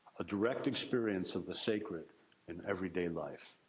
a direct experience of the sacred in everyday life.